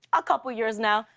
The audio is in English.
a couple of years now.